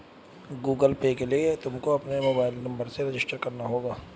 Google Pay के लिए तुमको अपने मोबाईल नंबर से रजिस्टर करना होगा